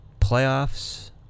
playoffs